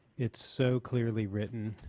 it's so clearly written.